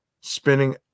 spinning